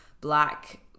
black